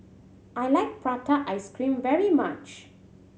I like prata ice cream very much